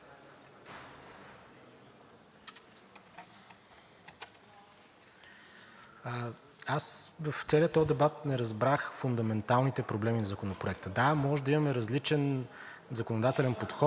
Аз в целия този дебат не разбрах фундаменталните проблеми на Законопроекта. Да, можем да имаме различен законодателен подход,